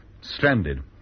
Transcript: Stranded